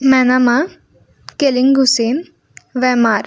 Manama Kellinghusen Weimar